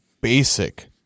basic